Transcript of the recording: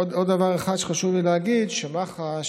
עוד דבר אחד שחשוב לי להגיד הוא שמח"ש